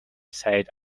said